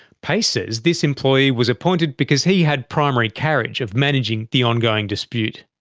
payce says this employee was appointed because he had primary carriage of managing the ongoing dispute.